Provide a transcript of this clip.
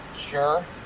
sure